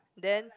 then